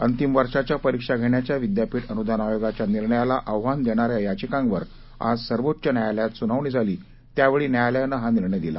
अंतिम वर्षांच्या परीक्षा धेण्याच्या विद्यापीठ अनुदान आयोगाच्या निर्णयाला आव्हान देणाऱ्या याचिकांवर आज सर्वोच्च न्यायालयात सुनावणी झाली त्यावेळी न्यायालयानं हा निर्णय दिला